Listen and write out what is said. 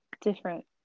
different